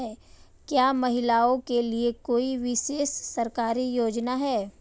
क्या महिलाओं के लिए कोई विशेष सरकारी योजना है?